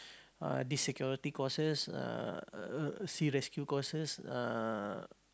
uh these security courses uh sea rescue courses uh